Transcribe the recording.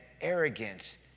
arrogance